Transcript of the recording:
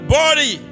body